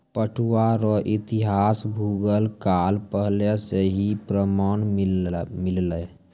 पटुआ रो इतिहास मुगल काल पहले से ही प्रमान मिललै